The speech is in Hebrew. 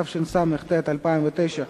התשס"ט 2009,